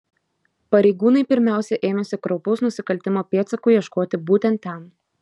pareigūnai pirmiausia ėmėsi kraupaus nusikaltimo pėdsakų ieškoti būtent ten